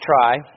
try